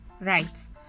rights